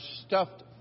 stuffed